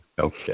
okay